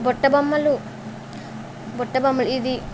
బుట్ట బొమ్మలు బుట్ట బొమ్మలు ఇది